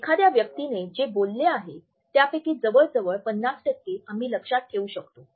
एखाद्या व्यक्तीने जे बोलले आहे त्यापैकी जवळजवळ ५० आम्ही लक्षात ठेवू शकतो